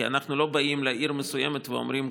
כי אנחנו לא באים לעיר מסוימת ואומרים: